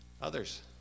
Others